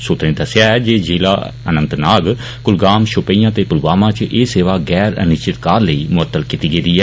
सुत्रें दस्सेआ ऐ जे जिला अनंतनाग कुलगाम शौपियां ते पुलवामा इच एह सेवा गैर अनिश्चित काल लेई मुअत्तत कीती गेदी ऐ